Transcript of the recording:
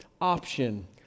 option